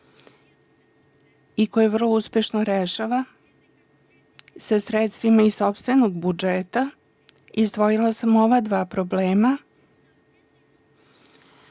i koje vrlo uspešno rešava, sa sredstvima iz sopstvenog budžeta, izdvojila sam ova dva problema